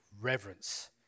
reverence